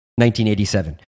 1987